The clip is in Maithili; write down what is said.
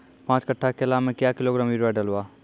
पाँच कट्ठा केला मे क्या किलोग्राम यूरिया डलवा?